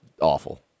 awful